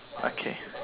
okay